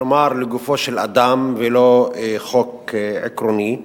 כלומר לגופו של אדם, ולא חוק עקרוני,